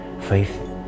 Faith